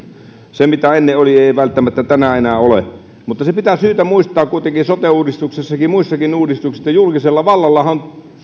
sitä mitä ennen oli ei ei välttämättä tänään enää ole mutta se on syytä muistaa kuitenkin sote uudistuksessakin muissakin uudistuksissa että julkisella vallallahan on velvoite